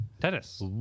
Tennis